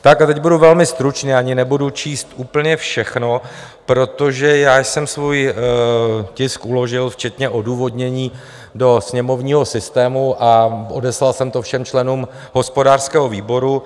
Tak, a teď budu velmi stručný, ani nebudu číst úplně všechno, protože já jsem svůj tisk uložil včetně odůvodnění do sněmovního systému a odeslal jsem to všem členům hospodářského výboru.